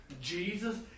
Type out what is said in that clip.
Jesus